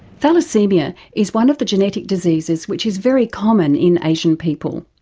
thalassaemia is one of the genetic diseases which is very common in asian people.